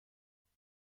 دفتر